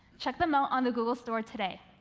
check them out on the google store today.